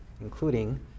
including